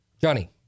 Johnny